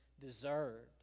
deserved